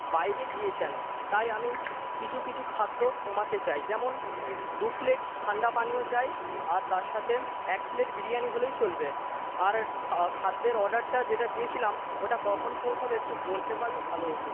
বাইরে গিয়েছেন তাই আমি কিছু কিছু খাদ্য কমাতে চাই যেমন দু প্লেট ঠাণ্ডা পানীয় চাই আর তার সাথে এক প্লেট বিরিয়ানি হলেই চলবে আর খা খাদ্যের অর্ডারটা যেটা দিয়েছিলাম ওটা কখন পৌঁছাবে একটু বলতে পারলে ভালো হত